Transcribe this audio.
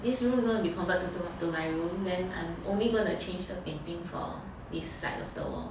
this room is going to be converted to be my room then I'm only going to change the painting for this side of the wall